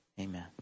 Amen